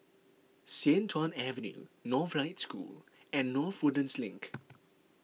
Sian Tuan Avenue Northlight School and North Woodlands Link